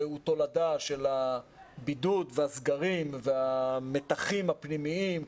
תולדה של הבידוד והסגרים והמתחים הפנימיים,